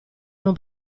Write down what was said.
non